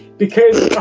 because